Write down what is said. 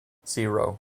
zero